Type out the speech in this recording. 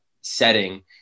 setting